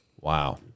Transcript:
Wow